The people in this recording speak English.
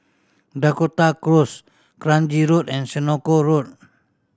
Dakota Close Kranji Road and Senoko Road